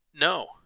No